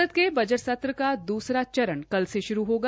संसद के बजट सत्र का दूसर भाग कल से श्रू होगा